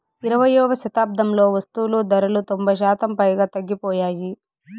ఇరవైయవ శతాబ్దంలో వస్తువులు ధరలు తొంభై శాతం పైగా తగ్గిపోయాయి